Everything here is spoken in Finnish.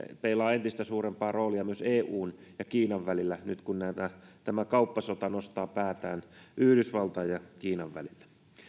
peilaa entistä suurempaa roolia myös eun ja kiinan välillä nyt kun kauppasota nostaa päätään yhdysvaltojen ja kiinan välillä